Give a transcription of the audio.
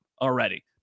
already